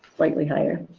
likely higher.